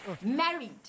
Married